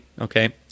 Okay